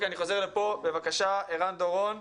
אני חוזר לפה, בבקשה, ערן דורון,